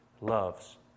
loves